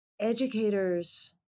educators